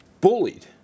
bullied